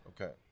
Okay